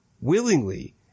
willingly